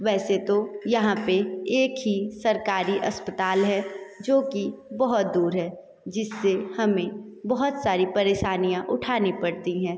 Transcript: वैसे तो यहाँ पे एक ही सरकारी अस्पताल है जो कि बहुत दूर है जिससे हमें बहुत सारी परेशानियाँ उठानी पड़ती हैं